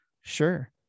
sure